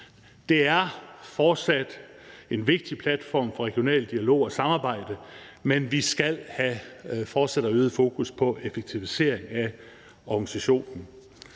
Det er fortsat en vigtig platform for regional dialog og samarbejde, men vi skal have et fortsat og øget fokus på effektivisering af organisationen.